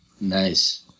nice